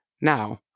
now